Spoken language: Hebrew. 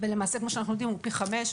ולמעשה כפי שאנחנו יודעים הוא פי חמישה,